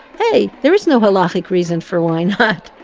hey, there is no halachic reason for why not.